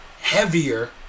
heavier